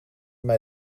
mij